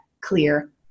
clear